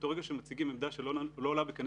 באותו רגע שמציגים עמדה שלא עולה בקנה